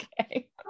Okay